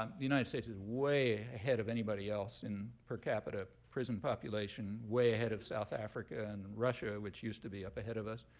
um the united states is way ahead of anybody else in per capita prison population, way ahead of south africa and russia, which used to be up ahead of us.